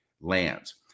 lands